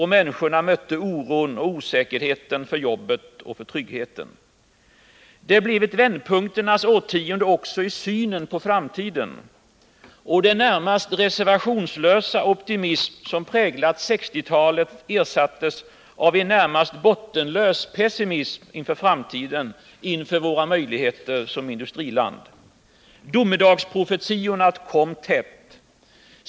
Människorna mötte oron och osäkerheten, för jobbet och för tryggheten. Det blev ett vändpunkternas årtionde också i synen på framtiden. Den närmast reservationslösa optimism som präglat 1960-talet ersattes av en närmast bottenlös pessimism inför framtiden, inför våra möjligheter som industriland. Domedagsprofetiorna kom tätt.